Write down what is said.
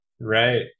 Right